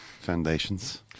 foundations